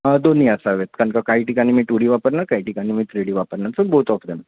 हा दोन्ही असावेत कारण का काही ठिकाणी मी टू डी वापरणार काही ठिकाणी मी थ्री डी वापरणार सो बोथ ऑफ देम